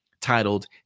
titled